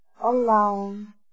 Alone